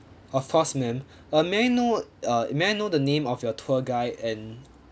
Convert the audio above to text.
of course ma'am uh may I know uh may I know the name of your tour guide and